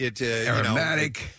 aromatic